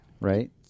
Right